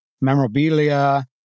memorabilia